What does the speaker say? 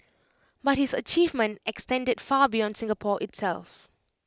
but his achievement extended far beyond Singapore itself